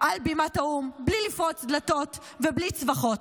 על בימת האו"ם בלי לפרוץ דלתות ובלי צווחות.